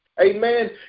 Amen